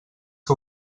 que